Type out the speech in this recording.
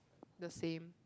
the same